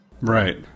right